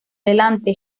delante